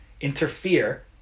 interfere